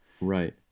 Right